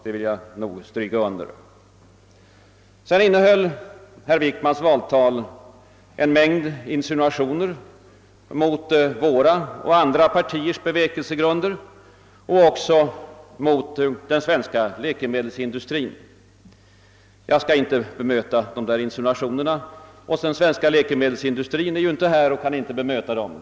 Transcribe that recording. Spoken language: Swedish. Den saken vill jag här understryka. Herr Wickmans valtal innehöll också en mängd insinuationer mot våra och andra partiers bevekelsegrunder och även mot den svenska läkemedelsindustrin. Jag skall inte bemöta de insinuationerna. Den svenska läkemedelsindustrin är ju inte representerad här och kan heller inte bemöta dem.